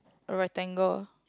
a rectangle